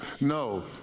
No